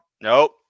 Nope